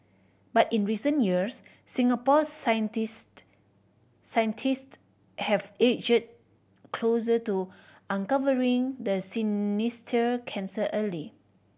but in recent years Singapore scientist scientist have edged closer to uncovering the sinister cancer early